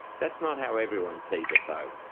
that's not how everyone sees it, though.